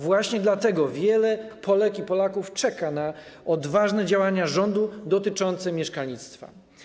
Właśnie dlatego wiele Polek i wielu Polaków czeka na odważne działania rządu dotyczące mieszkalnictwa.